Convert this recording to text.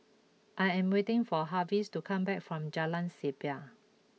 I am waiting for Harvie to come back from Jalan Siap